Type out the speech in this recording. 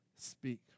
speak